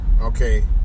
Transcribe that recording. Okay